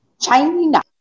China